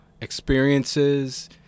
experiences